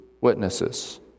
witnesses